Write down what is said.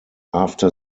after